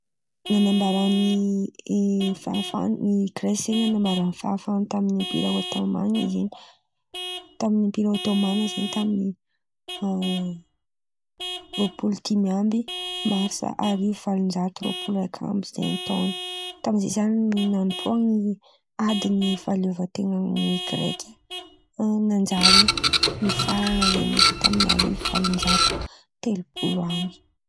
Nanambarany fahafahan'i Gresy, Gresy zen̈y nambaran'ny fahahafany empira roamanina zen̈y tamin'i empira rômanina zen̈y taminy tôn̈o taminy tôn̈o iny zen̈y roa-polo dimy amby marsa arivo valon-jato roa-polo raika amby tôno ko zey. Tamy izey zen̈y reo ko aniady ny fahaleovan-ten̈a Gresy nanjary nifarana zen̈y taminy arivo valon-jato telopolo amby.